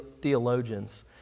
theologians